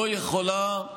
לא יכולה,